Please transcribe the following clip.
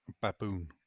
Baboon